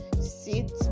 sit